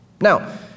Now